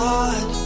God